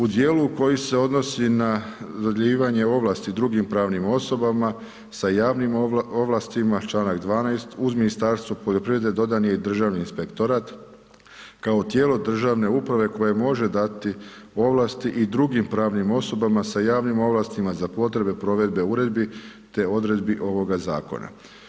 U dijelu koji se odnosi na dodjeljivanje ovlasti u drugim pravim osobama sa javnim ovlastima, Članak 12. uz Ministarstvo poljoprivrede dodan je i Državni inspektorat kao tijelo državne uprave koje može dati ovlasti i drugim pravnim osobama sa javnim ovlastima za potrebe provedbi uredbi te odredbi ovoga zakona.